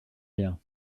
bien